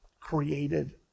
created